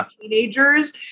teenagers